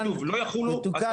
כתוב: לא יחולו על תמרוק --- יתוקן.